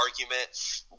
argument